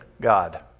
God